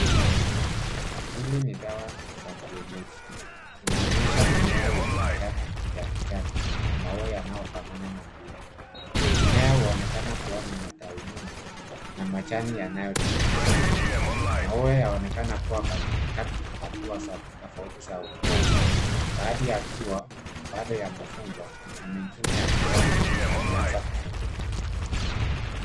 Hili ni dawa za kienyeji, inaonyesha mimea wenye majani ya kijani na maua yanayofanana na mpira. Mimea huonekana kuwa na matawi mingi na majani yanayochanganyika. Maua yaonekana kuwa katika hatua tofauti za ukuaji. Baadhi yakiwa baado yamefungwa yamekimya yakiwa yameanza kufunguka.